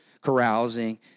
carousing